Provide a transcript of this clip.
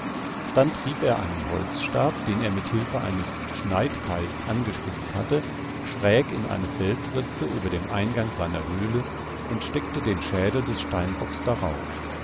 dann trieb er einen holzstab den er mit hilfe eines schneidkeils angespitzt hatte schräg in eine felsritze über den eingang seiner höhle und steckte den schädel des steinbocks darauf